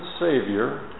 Savior